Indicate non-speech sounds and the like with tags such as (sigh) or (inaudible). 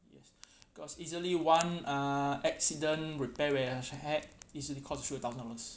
yes (breath) cause easily one uh accident repair where I shall had easily cost you a few thousand over dollars